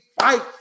fight